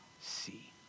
see